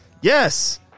Yes